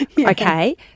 okay